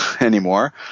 anymore –